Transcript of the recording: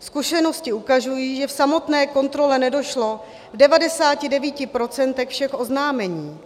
Zkušenosti ukazují, že k samotné kontrole nedošlo v 99 % všech oznámení,